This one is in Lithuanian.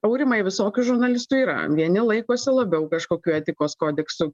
aurimai visokių žurnalistų yra vieni laikosi labiau kažkokių etikos kodeksų